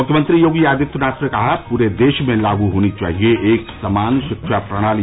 मुख्यमंत्री योगी आदित्यनाथ ने कहा पूरे देश में लागू होनी चाहिए एक समान शिक्षा प्रणाली